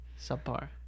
Subpar